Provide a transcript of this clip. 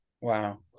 Wow